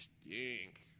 stink